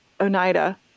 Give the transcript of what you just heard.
Oneida